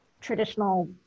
traditional